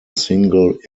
single